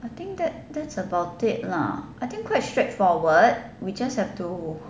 I think that that's about it lah I think quite straightforward we just have to